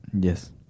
Yes